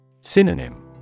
Synonym